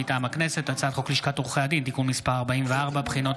מטעם הכנסת: הצעת חוק לשכת עורכי הדין (תיקון מס' 44) (בחינות